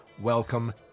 Welcome